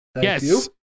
Yes